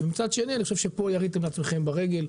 מצד שני, אני חושב שפה יריתם לעצמכם ברגל.